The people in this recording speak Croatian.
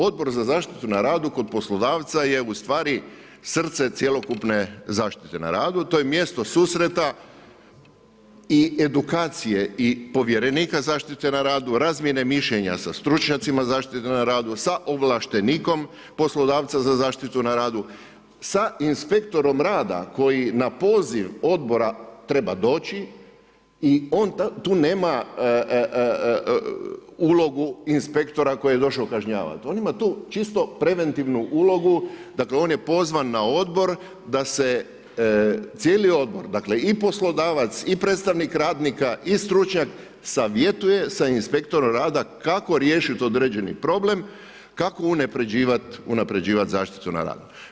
Odbor za zaštitu na radu kod poslodavca je ustvari srce cjelokupne zaštite na radu, to je mjesto susreta i edukacije i povjerenika zaštite na radu, razmjene mišljenja sa stručnjacima zaštite na radu, sa ovlaštenikom poslodavca za zaštitu na radu, sa inspektorom rada koji na poziv odbora treba doći i on tu nema ulogu inspektora koji je došao kažnjavati, on ima tu listo preventivnu ulogu, dakle on je pozvan na odbor da se cijeli odbor, dakle i poslodavac i predstavnik radnika i stručnjak savjetuje sa inspektorom rada kako riješiti određeni problem, kako unaprjeđivati zaštitu na radu.